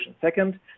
Second